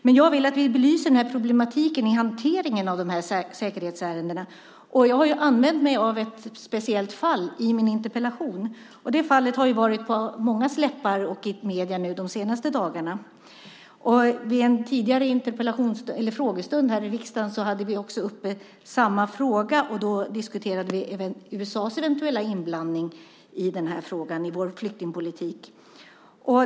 Men jag vill att vi belyser problematiken i hanteringen av säkerhetsärendena. Jag har använt mig av ett speciellt fall i min interpellation. Det fallet har varit på mångas läppar och i medierna nu under de senaste dagarna. Vid en frågestund här i riksdagen hade vi samma fråga uppe, och då diskuterade vi även USA:s eventuella inblandning i frågan i vår flyktingpolitik.